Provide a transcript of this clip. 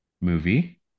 movie